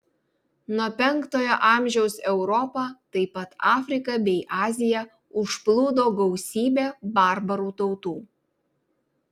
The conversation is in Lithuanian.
nuo penktojo amžiaus europą taip pat afriką bei aziją užplūdo gausybė barbarų tautų